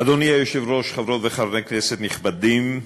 אדוני היושב-ראש, חברות וחברי כנסת נכבדים,